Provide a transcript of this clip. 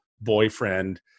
Boyfriend